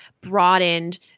broadened